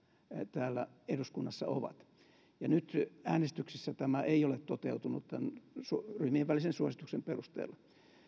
täällä eduskunnassa ovat nyt äänestyksissä tämä ei ole toteutunut tämän ryhmien välisen suosituksen perusteella